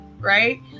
right